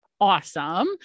Awesome